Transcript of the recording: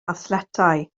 athletau